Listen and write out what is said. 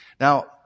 Now